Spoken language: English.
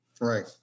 right